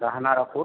राहणार अकोट